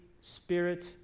Spirit